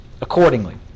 accordingly